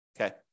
okay